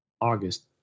august